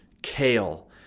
Kale